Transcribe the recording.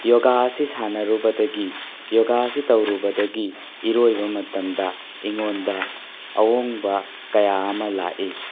ꯌꯣꯒꯥ ꯑꯁꯤ ꯁꯥꯟꯅꯔꯨꯕꯗꯒꯤ ꯌꯣꯒꯥ ꯑꯁꯤ ꯇꯧꯔꯨꯕꯗꯒꯤ ꯏꯔꯣꯏꯕ ꯃꯇꯝꯗ ꯑꯩꯉꯣꯟꯗ ꯑꯍꯣꯡꯕ ꯀꯌꯥ ꯑꯃ ꯂꯥꯛꯏ